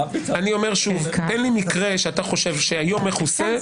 אני אומר שוב: תן לי מקרה שאתה חושב שהיום מכוסה,